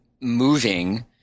moving